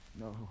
No